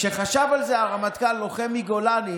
כשחשב על זה הרמטכ"ל, לוחם מגולני,